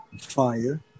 fire